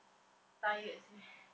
tired seh